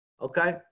Okay